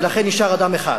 ולכן נשאר אדם אחד,